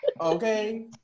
okay